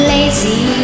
Lazy